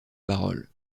parole